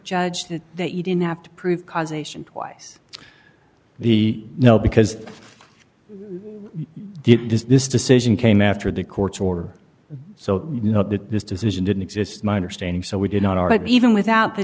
judge that that you didn't have to prove causation twice the know because does this decision came after the court's order so you know that this decision didn't exist my understanding so we did not even without the